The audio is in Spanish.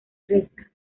reza